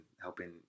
helping